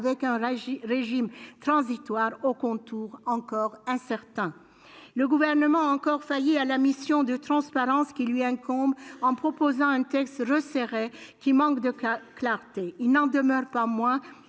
avec un régime transitoire aux contours encore incertains. Le Gouvernement a encore failli à la mission de transparence qui lui incombe en proposant un texte resserré manquant de clarté. Il n'en demeure pas moins